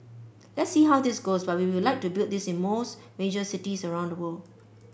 let see how this goes but we would like to build this in most major cities around the world